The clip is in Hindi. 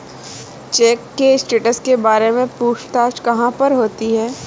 चेक के स्टैटस के बारे में पूछताछ कहाँ पर होती है?